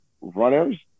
runners